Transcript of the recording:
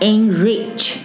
Enrich